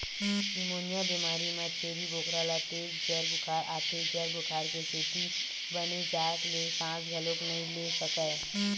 pneumonia बेमारी म छेरी बोकरा ल तेज जर बुखार आथे, जर बुखार के सेती बने जात ले सांस घलोक नइ ले सकय